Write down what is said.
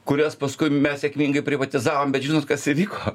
kurias paskui mes sėkmingai privatizavom bet žinot kas įvyko